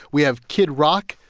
we have kid rock,